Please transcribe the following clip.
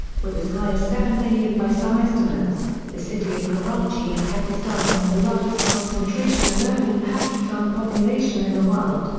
with as high as seven million by some estimates, the city of karachi in pakistan has the largest concentration of urban pakhtun population in the world,